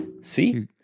see